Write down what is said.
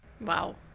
Wow